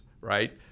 right